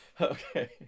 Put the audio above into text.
okay